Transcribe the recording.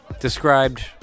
described